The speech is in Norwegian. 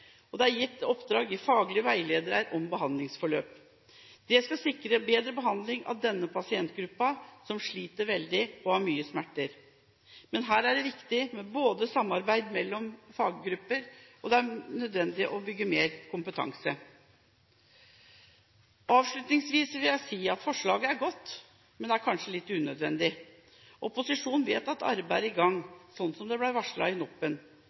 skal sikre bedre behandling av denne pasientgruppen, som sliter veldig og har mye smerter. Her er det viktig med samarbeid mellom faggrupper, og det er nødvendig å bygge mer kompetanse. Avslutningsvis vil jeg si at forslaget er godt, men det er kanskje litt unødvendig. Opposisjonen vet at arbeidet er i gang, slik som det ble varslet i